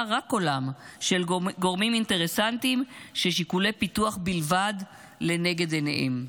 יישמע רק קולם של גורמים אינטרסנטיים ששיקולי פיתוח בלבד לנגד עיניהם,